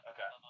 Okay